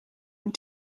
and